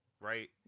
right